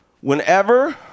whenever